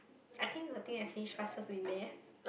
I think the thing I finish fastest will be math